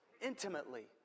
intimately